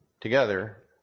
together